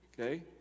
Okay